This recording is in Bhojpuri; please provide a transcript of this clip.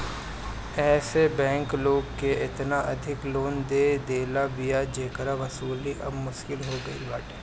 एश बैंक लोग के एतना अधिका लोन दे देले बिया जेकर वसूली अब मुश्किल हो गईल बाटे